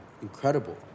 Incredible